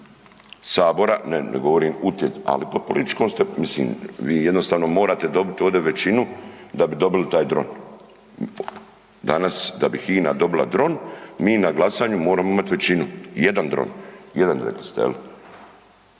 sabora, ne ne govorim, ali pod političkom, mislim vi jednostavno morate dobiti ovdje većinu da bi dobili taj dron. Danas da bi HINA dobila dron mi na glasanju moramo imati većinu, jedan dron, jedan rekli ste, ne